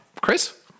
Chris